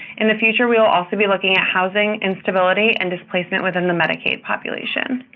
in the future, we will also be looking at housing instability and displacement within the medicaid population.